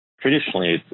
traditionally